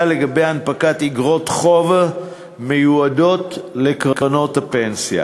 לגבי הנפקת איגרות חוב מיועדות לקרנות הפנסיה.